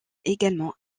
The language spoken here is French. également